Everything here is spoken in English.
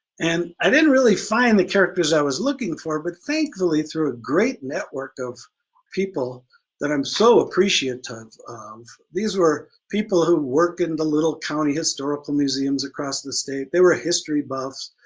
and i didn't really find the characters i was looking for, but thankfully through a great network of people that i'm so appreciative of, these were people who work in the little county historical museums across the state, they were history buffs,